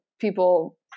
people